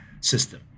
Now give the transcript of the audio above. system